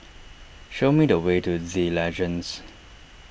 show me the way to the Legends